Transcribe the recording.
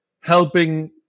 helping